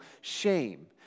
shame